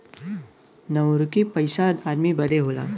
नउकरी पइसा आदमी बदे होला